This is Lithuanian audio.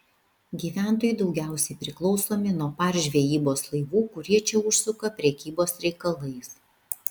gyventojai daugiausiai priklausomi nuo par žvejybos laivų kurie čia užsuka prekybos reikalais